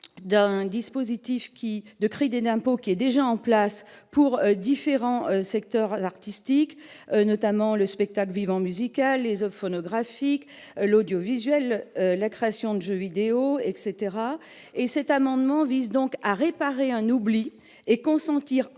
d'un dispositif qui, de cris d'énormes pots qui est déjà en place pour différents secteurs artistiques notamment le spectacle vivant, musical, les eaux phonographique, l'audiovisuel, la création de jeux vidéo etc et cet amendement vise donc à réparer un oubli et consentir